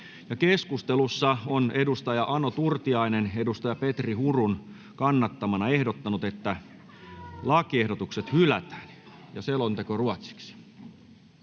Keskustelussa on Ano Turtiainen Petri Hurun kannattamana ehdottanut, että lakiehdotukset hylätään. Toiseen käsittelyyn